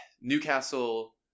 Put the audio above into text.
Newcastle